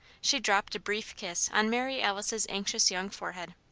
she dropped a brief kiss on mary alice's anxious young forehead.